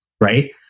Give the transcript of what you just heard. Right